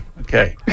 Okay